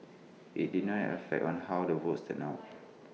IT did not have an effect on how the votes turned out